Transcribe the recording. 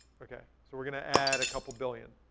okay, so we're gonna add a couple billion